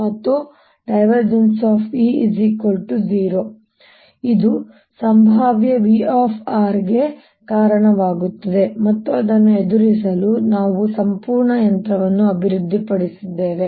ಮತ್ತು ಇದು ಸಂಭಾವ್ಯ v ಗೆ ಕಾರಣವಾಗುತ್ತದೆ ಮತ್ತು ಅದನ್ನು ಎದುರಿಸಲು ನಾವು ಸಂಪೂರ್ಣ ಯಂತ್ರವನ್ನು ಅಭಿವೃದ್ಧಿಪಡಿಸಿದ್ದೇವೆ